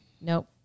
Nope